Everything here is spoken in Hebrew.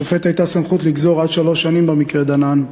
לשופט הייתה סמכות לגזור עד שלוש שנים במקרה דנן,